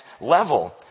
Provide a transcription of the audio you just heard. level